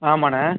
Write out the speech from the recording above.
ஆமாண்ணா